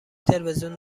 تلویزیون